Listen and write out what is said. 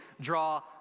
draw